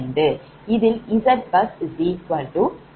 இதில் ZbusY 1bus